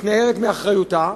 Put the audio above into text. מתנערת מאחריותה,